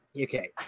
okay